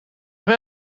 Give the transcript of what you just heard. voor